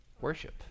worship